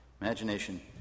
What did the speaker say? imagination